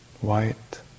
white